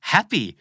Happy